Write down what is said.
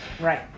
Right